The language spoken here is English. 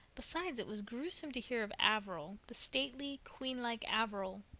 besides, it was gruesome to hear of averil, the stately, queen-like averil,